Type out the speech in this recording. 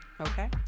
okay